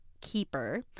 keeper